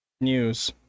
news